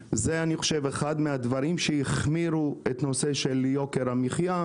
זה אני חושב אחד מהדברים שהחמירו את הנושא של יוקר המחיה,